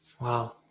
Wow